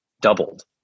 doubled